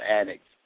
addicts